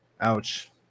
ouch